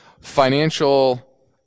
financial